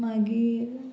मागीर